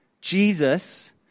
Jesus